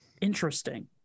Interesting